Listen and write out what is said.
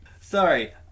Sorry